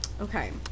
okay